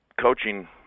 coaching